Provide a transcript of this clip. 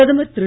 பிரதமர் திரு